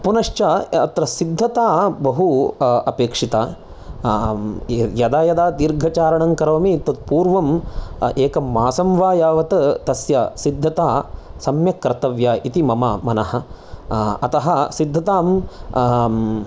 पुनश्च अत्र सिद्धता बहु अपेक्षिता यदा यदा दीर्घचारणं करोमि तत्पूर्वम् एकं मासं वा यावत् तस्य सिद्धता सम्यक्कर्तव्या इति मम मनः अतः सिद्धताम्